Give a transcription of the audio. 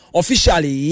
officially